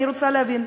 אני רוצה להבין.